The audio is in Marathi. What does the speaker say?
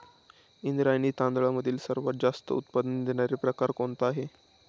इंद्रायणी तांदळामधील सर्वात जास्त उत्पादन देणारा प्रकार कोणता आहे?